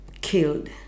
killed